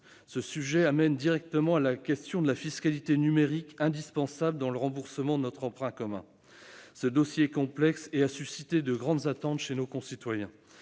Ce point conduit directement à la question de la fiscalité numérique, indispensable pour rembourser notre emprunt commun. Ce dossier complexe a suscité de grandes attentes chez nos concitoyens.